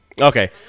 Okay